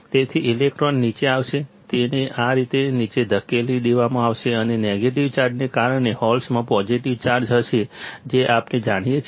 તેથી ઇલેક્ટ્રોન નીચે આવશે તેને આ રીતે નીચે ધકેલી દેવામાં આવશે અને નેગેટિવ ચાર્જને કારણે હોલ્સમાં પોઝિટિવ ચાર્જ હશે જે આપણે જાણીએ છીએ